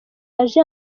yaje